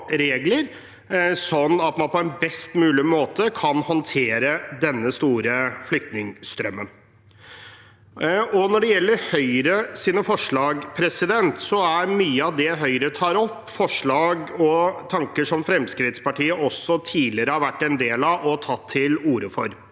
slik at man på en best mulig måte kan håndtere denne store flyktningstrømmen. Når det gjelder Høyres forslag, er mye av det Høyre tar opp, forslag og tanker som også Fremskrittspartiet tidligere har vært en del av, og tatt til orde for.